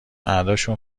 مرداشون